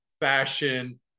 fashion